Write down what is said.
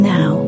Now